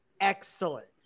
excellent